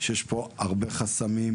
שיש פה הרבה חסמים.